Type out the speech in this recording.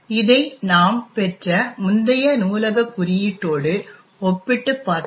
இதை நாம் பெற்ற முந்தைய நூலகக் குறியீட்டோடு ஒப்பிட்டுப் பார்த்தால்